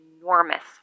enormous